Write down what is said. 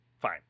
Fine